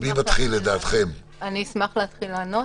אני אשמח להתחיל לענות.